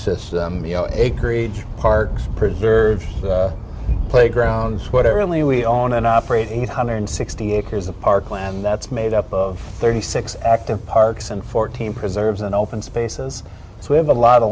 system you know acreage parks preserved playgrounds whatever really we own and operate eight hundred sixty acres of parkland that's made up of thirty six active parks and fourteen preserves and open spaces so we have a lot of